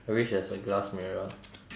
I wish there's a glass mirror